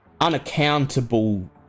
unaccountable